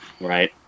Right